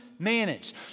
manage